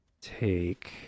take